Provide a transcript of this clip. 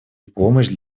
помощь